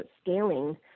scaling